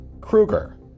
Krueger